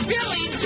Billy